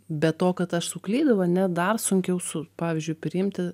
be to kad aš suklydau ane dar sunkiau su pavyzdžiui priimti